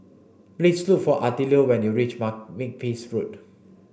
please look for Attilio when you reach Makepeace Road